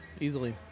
easily